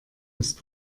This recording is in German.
ist